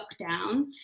lockdown